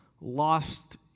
lost